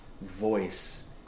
voice